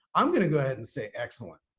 i'm going to go ahead and say excellent.